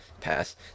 pass